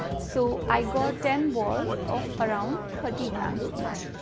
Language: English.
so i got ten balls of around thirty grams each.